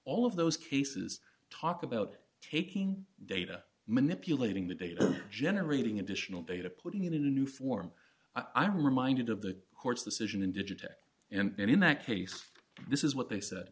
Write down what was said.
all of those cases talk about taking data manipulating the data generating additional data putting it in a new form i am reminded of the court's decision in digital and in that case this is what they said